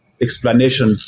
explanation